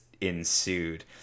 ensued